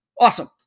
Awesome